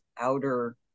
outer